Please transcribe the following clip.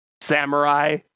samurai